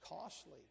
costly